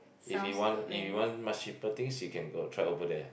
if you want if you want much cheaper things you can go try over there